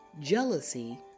jealousy